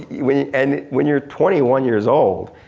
when and when you're twenty one years old,